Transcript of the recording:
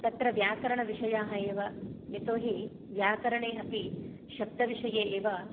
तत्र व्याकरणविषयाः एव यतो हि व्याकरणे अपि शब्दविषये एव